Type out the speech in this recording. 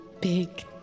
big